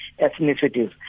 ethnicities